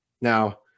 Now